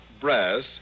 brass